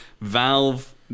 Valve